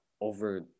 over